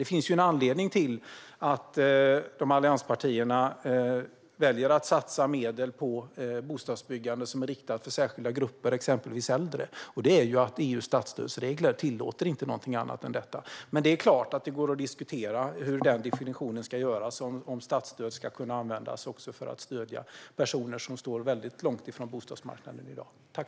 Det finns ju en anledning till att allianspartierna väljer att satsa medel på bostadsbyggande riktat till särskilda grupper, exempelvis äldre, och det är att EU:s statsstödsregler inte tillåter något annat än detta. Men det är klart att det går att diskutera hur den definitionen ska göras, det vill säga om statsstöd ska kunna användas också till att stödja personer som står väldigt långt från bostadsmarknaden i dag.